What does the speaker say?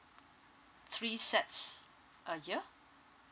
three sets a year